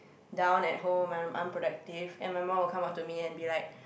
down at home and I'm unproductive and my mum will come up to me and be like